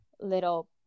little